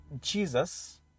Jesus